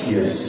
Yes